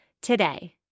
today